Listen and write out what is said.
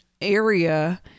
area